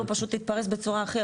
הוא פשוט יתפרס בצורה אחרת.